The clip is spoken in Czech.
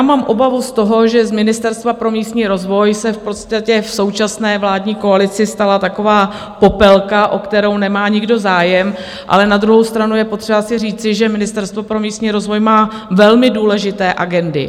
Mám obavu z toho, že z Ministerstva pro místní rozvoj se v podstatě v současné vládní koalici stala taková popelka, o kterou nemá nikdo zájem, ale na druhou stranu je potřeba si říci, že Ministerstvo pro místní rozvoj má velmi důležité agendy.